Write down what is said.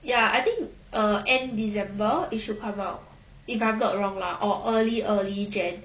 ya I think err end december it should come out if I'm not wrong lah or early early jan